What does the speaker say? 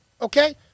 Okay